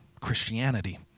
Christianity